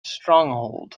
stronghold